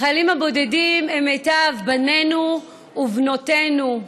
החיילים הבודדים הם מיטב בנינו ובנותינו.